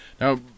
Now